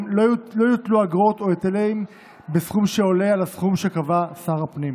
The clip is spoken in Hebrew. לא יוטלו אגרות או היטלים בסכום שעולה על הסכום שקבע שר הפנים.